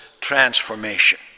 transformation